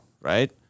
right